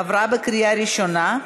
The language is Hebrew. התקבלה בקריאה ראשונה,